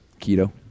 keto